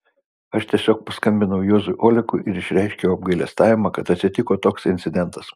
aš tiesiog paskambinau juozui olekui ir išreiškiau apgailestavimą kad atsitiko toks incidentas